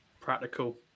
Practical